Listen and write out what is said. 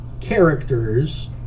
characters